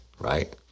Right